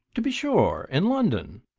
to be sure in london!